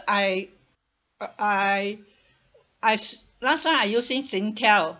I I I last time I using singtel